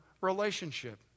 relationship